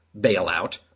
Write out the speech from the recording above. bailout